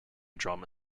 drama